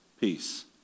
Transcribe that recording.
Peace